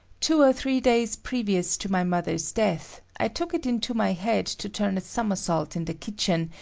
two or three days previous to my mother's death, i took it into my head to turn a somersault in the kitchen,